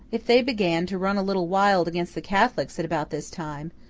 if they began to run a little wild against the catholics at about this time,